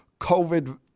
covid